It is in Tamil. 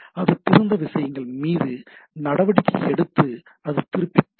அது திறந்த விஷயங்கள் மீது நடவடிக்கை எடுத்து அதை திருப்பித் தரும்